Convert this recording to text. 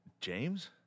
James